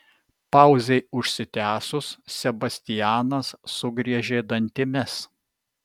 pauzei užsitęsus sebastianas sugriežė dantimis